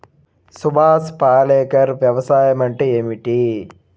సుభాష్ పాలేకర్ వ్యవసాయం అంటే ఏమిటీ?